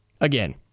again